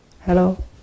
hello